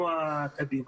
מופעלים.